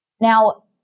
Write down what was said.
Now